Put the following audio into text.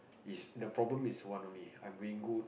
it's the problem is one only I'm being good